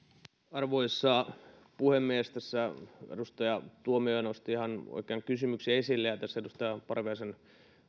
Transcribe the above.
arvoisa puhemies tässä edustaja tuomioja nosti ihan oikean kysymyksen esille ja tässä edustaja parviaisen